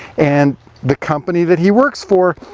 and the company that he works for,